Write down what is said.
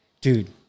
dude